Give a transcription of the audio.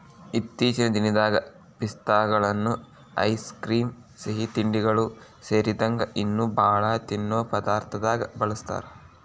ಇತ್ತೇಚಿನ ದಿನದಾಗ ಪಿಸ್ತಾಗಳನ್ನ ಐಸ್ ಕ್ರೇಮ್, ಸಿಹಿತಿಂಡಿಗಳು ಸೇರಿದಂಗ ಇನ್ನೂ ಬಾಳ ತಿನ್ನೋ ಪದಾರ್ಥದಾಗ ಬಳಸ್ತಾರ